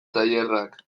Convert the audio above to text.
tailerrak